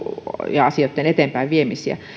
ja asioitten eteenpäinviemisiä